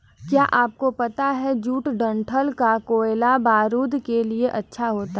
क्या आपको पता है जूट डंठल का कोयला बारूद के लिए अच्छा होता है